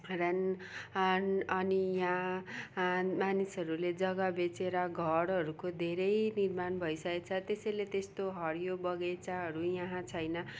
run अनि यहाँ मानिसहरूले जग्गा बेचेर घरहरूको धेरै निर्माण भइसकेको छ त्यसैले त्यस्तो हरियो बगैँचाहरू यहाँ छैन